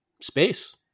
space